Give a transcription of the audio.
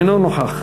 אינו נוכח.